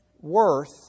worth